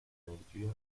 energia